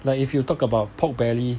like if you talk about pork belly